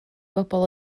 bobl